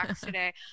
today